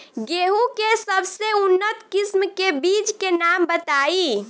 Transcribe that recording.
गेहूं के सबसे उन्नत किस्म के बिज के नाम बताई?